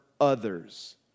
others